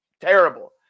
terrible